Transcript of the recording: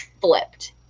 flipped